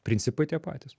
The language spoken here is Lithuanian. principai tie patys